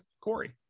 Corey